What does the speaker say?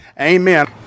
Amen